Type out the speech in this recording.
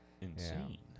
insane